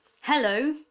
Hello